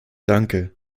danke